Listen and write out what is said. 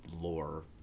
lore